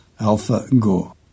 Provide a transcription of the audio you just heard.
AlphaGo